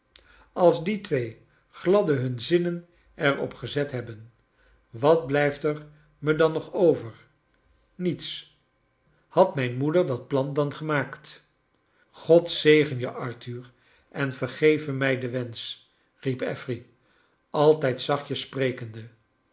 als die twee gladden nun zinnen er op gezet hebben wat blijft er me dan nog over niets had mijn moeder dat plan dan gemaakt od zegen je arthur en vergeve mij den wensch riep affery altijd zachtjes sprekende